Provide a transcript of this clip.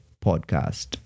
Podcast